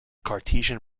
cartesian